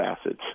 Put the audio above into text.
acids